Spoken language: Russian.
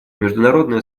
международное